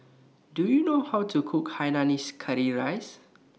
Do YOU know How to Cook Hainanese Curry Rice